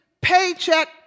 paycheck